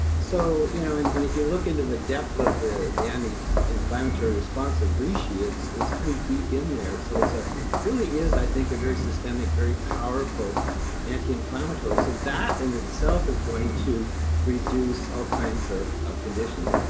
so, you know and if you look into the depth of the the and inflammatory response of reishi, it's it's pretty deep in there. so it ah really is, i think, a very systemic, very powerful anti-inflammatory. so that in itself is going to reduce all kinds of of conditions.